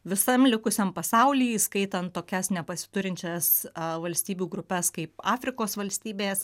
visam likusiam pasauly įskaitant tokias nepasiturinčias valstybių grupes kaip afrikos valstybės